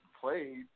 played